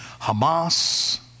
Hamas